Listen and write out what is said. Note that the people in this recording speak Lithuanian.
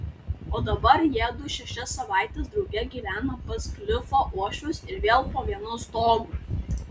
o dabar jiedu šešias savaites drauge gyvena pas klifo uošvius ir vėl po vienu stogu